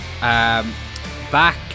Back